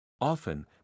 Often